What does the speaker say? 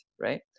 Right